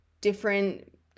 different